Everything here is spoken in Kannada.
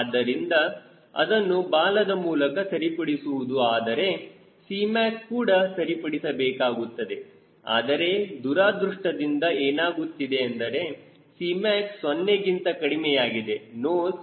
ಆದ್ದರಿಂದ ಅದನ್ನು ಬಾಲದ ಮೂಲಕ ಸರಿಪಡಿಸುವುದು ಆದರೆ Cmac ಕೂಡ ಸರಿಪಡಿಸಬೇಕಾಗುತ್ತದೆ ಆದರೆ ದುರದೃಷ್ಟದಿಂದ ಏನಾಗುತ್ತಿದೆ ಎಂದರೆ Cmac 0 ಗಿಂತ ಕಡಿಮೆಯಾಗಿದೆ ನೋಸ್ ಕೆಳಗೆ ಆಗಿದೆ